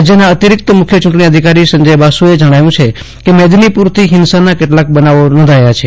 રાજ્યના અતિરીક્ત મુખ્ય ચૂંટણી અધિકારી સંજય બાસુએ જણાવ્યું છે કે મેદનીપુરથી હિંસાના કેટલાંક બનાવો નોંધાયા છે